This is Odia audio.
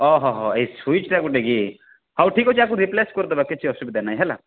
ହ ହ ହ ଏ ସୁଇଚ୍ଟା ଟିକେ ହଉ ଠିକ୍ ଅଛି ତାକୁ ରିପ୍ଲେସ୍ କରି ଦବା କିଛି ଅସୁବିଧା ନାଇ ହେଲା